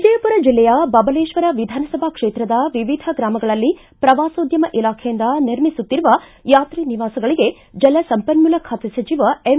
ವಿಜಯಪುರ ಜಿಲ್ಲೆಯ ಬಬಲೇಶ್ವರ ವಿಧಾನಸಭಾ ಕ್ಷೇತ್ರದ ವಿವಿಧ ಗ್ರಾಮಗಳಲ್ಲಿ ಪ್ರವಾಸೋದ್ಯಮ ಇಲಾಖೆಯುಂದ ನಿರ್ಮಿಸುತ್ತಿರುವ ಯಾತ್ರಿ ನಿವಾಸಗಳಿಗೆ ಜಲ ಸಂಪನ್ಮೂಲ ಖಾತೆ ಸಚಿವ ಎಂ